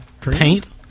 paint